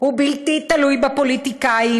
הוא בלתי תלוי בפוליטיקאים,